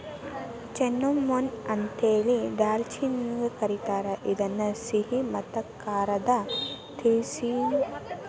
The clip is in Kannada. ಚಿನ್ನೋಮೊನ್ ಅಂತೇಳಿ ದಾಲ್ಚಿನ್ನಿಗೆ ಕರೇತಾರ, ಇದನ್ನ ಸಿಹಿ ಮತ್ತ ಖಾರದ ತಿನಿಸಗಳಲ್ಲಿ ಮಸಾಲಿ ಯಾಗಿ ಉಪಯೋಗಸ್ತಾರ